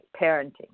parenting